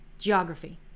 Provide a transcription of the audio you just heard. geography